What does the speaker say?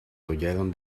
huyeron